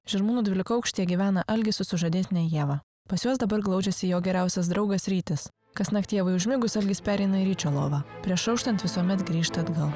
žirmūnų dvylikaaukštyje gyvena algis su žadėtine ieva pas juos dabar glaudžiasi jo geriausias draugas rytis kasnakt tėvui užmigus algis pereina į ryčio lovą prieš auštant visuomet grįžta atgal